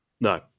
No